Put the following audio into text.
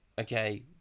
okay